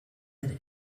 ere